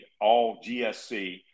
All-GSC